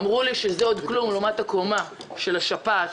אמרו לי שזה עוד כלום לעומת הקומה של השפעת,